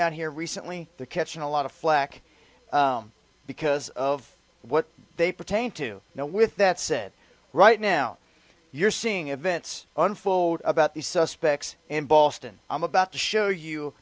now here recently the catching a lot of flack because of what they pertain to now with that said right now you're seeing events unfold about these suspects in boston i'm about to show you